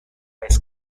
ice